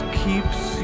keeps